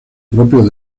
propio